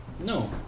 No